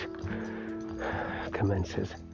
commences